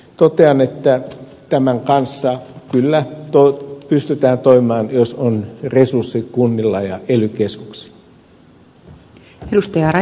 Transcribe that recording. totean että tämän kanssa kyllä pystytään toimimaan jos kunnilla ja ely keskuksilla on resurssit